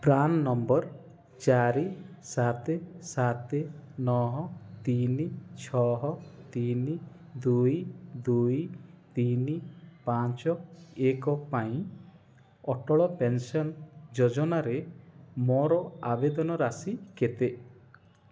PRAN number ଚାରି ସାତ ସାତ ନଅ ତିନି ଛଅ ତିନି ଦୁଇ ଦୁଇ ତିନି ପାଞ୍ଚ ଏକ ପାଇଁ ଅଟଳ ପେନ୍ସନ୍ ଯୋଜନାରେ ମୋର ଆବେଦାନ ରାଶି କେତେ